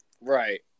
Right